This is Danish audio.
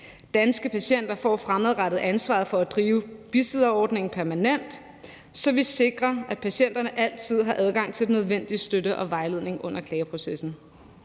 Danske Patienter får fremadrettet ansvaret for at drive bisidderordningen permanent, så vi sikrer, at patienterne altid har adgang til den nødvendige støtte og vejledning under klageprocessen.